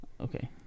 Okay